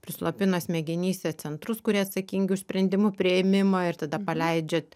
prislopina smegenyse centrus kurie atsakingi už sprendimų priėmimą ir tada paleidžiat